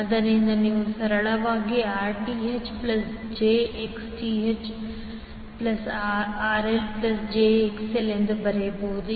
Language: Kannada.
ಆದ್ದರಿಂದ ನೀವು ಸರಳವಾಗಿ Rth plus j XTh plus RL plus j XL ಎಂದು ಬರೆಯಬಹುದು